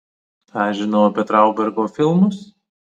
ką žinau apie traubergo filmus